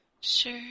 Sure